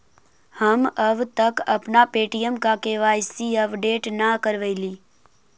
हम अब तक अपना पे.टी.एम का के.वाई.सी अपडेट न करवइली